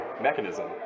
mechanism